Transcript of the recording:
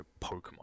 Pokemon